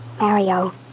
Mario